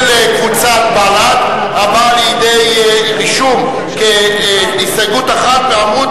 של קבוצת בל"ד, הרשומה כהסתייגות 1 בעמוד